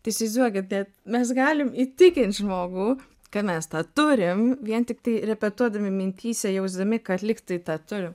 tai įsivaizduokit net mes galim įtikint žmogų kad mes turim vien tiktai repetuodami mintyse jausdami kad lyg tai tą turim